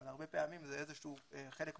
אבל הרבה פעמים זה חלק משלים.